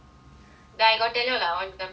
ya I got tell you uh I want to become teacher